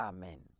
Amen